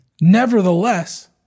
Nevertheless